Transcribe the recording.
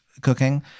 cooking